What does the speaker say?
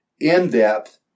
in-depth